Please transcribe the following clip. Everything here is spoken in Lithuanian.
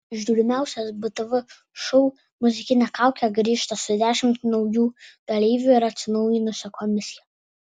žiūrimiausias btv šou muzikinė kaukė grįžta su dešimt naujų dalyvių ir atsinaujinusia komisija